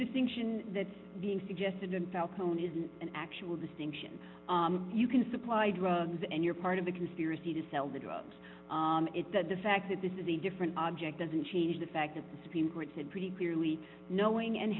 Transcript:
distinction that being suggested and deltona is an actual distinction you can supply drugs and you're part of the conspiracy to sell the drugs that the fact that this is a different object doesn't change the fact that the supreme court said pretty clearly knowing and